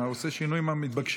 אתה עושה שינויים מתבקשים.